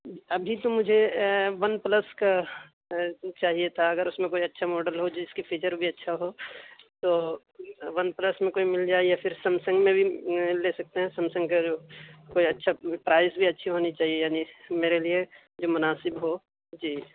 ابھی تو مجھے ون پلس کا چاہیے تھا اگر اس میں کوئی اچھا ماڈل ہو جس کی فیچر بھی اچھا ہو تو ون پلس میں کوئی مل جائے یا پھر سمسنگ میں بھی لے سکتے ہیں سمسنگ کا جو کوئی اچھا پرائز بھی اچھی ہونی چاہیے یعنی میرے لیے جو مناسب ہو جی